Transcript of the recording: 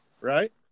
Right